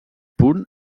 punt